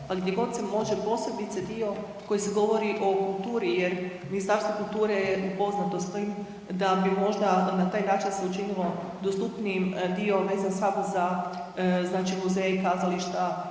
pa gdje god se može posebice dio koji se govori o kulturi jer Ministarstvo kulture je upoznato stojim da bi možda na taj način se učinilo dostupnijim dio vezan samo za znači muzeje i kazališta